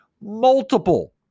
multiple